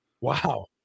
Wow